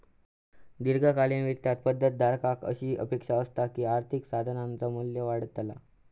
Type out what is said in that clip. दीर्घकालीन वित्तात पद धारकाक अशी अपेक्षा असता की आर्थिक साधनाचा मू्ल्य वाढतला